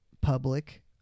public